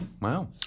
Wow